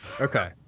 Okay